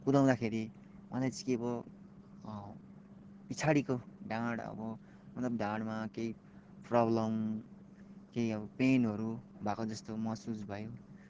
कुदाउँँदाखेरि मलाई चाहिँ के भो पछाडिको ढाँड अब मतलब ढाँडमा केही प्रब्लम केही अब पेनहरू भएकोजस्तो महसुस भयो